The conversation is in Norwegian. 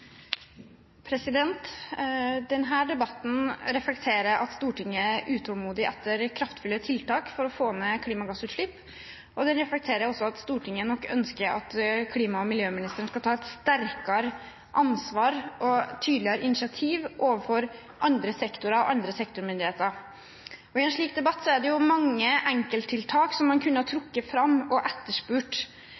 debatten reflekterer at Stortinget er utålmodig etter kraftfulle tiltak for å få ned klimagassutslipp. Den reflekterer også at Stortinget nok ønsker at klima- og miljøministeren skal ta et sterkere ansvar og et tydeligere initiativ overfor andre sektorer og andre sektormyndigheter. I en slik debatt er det mange enkelttiltak man kunne ha